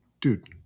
dude